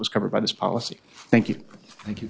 was covered by this policy thank you thank you